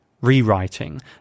rewriting